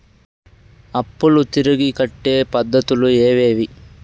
అప్పులు తిరిగి కట్టే పద్ధతులు ఏవేవి